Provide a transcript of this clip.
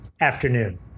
afternoon